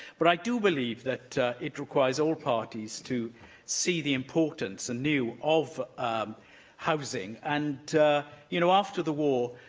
but i do believe that it requires all parties to see the importance anew of um housing. and you know after the war,